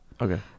Okay